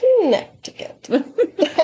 Connecticut